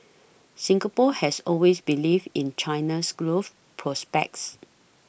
Singapore has always believed in China's growth prospects